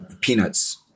Peanuts